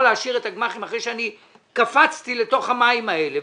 להשאיר את הגמ"חים אחרי שאני קפצתי לתוך המים האלה.